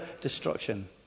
destruction